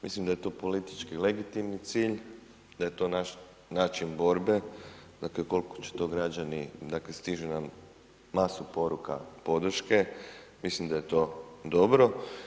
Mislim da je to politički legitimni cilj, da je to naš način borbe, dakle koliko će to građani, stižu nam masu poruka podrške, mislim da je to dobro.